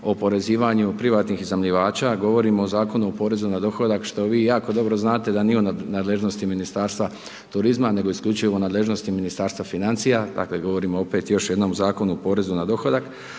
o oporezivanju privatnih iznajmljivača, govorimo o Zakonu o porezu na dohodak što vi jako dobro znate da nije u nadležnosti Ministarstva turizma nego isključivo u nadležnosti Ministarstva financija, dakle govorimo opet o još jednom Zakonu o porezu na dohodak.